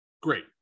Great